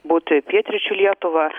būti pietryčių lietuvą